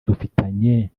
dufitanye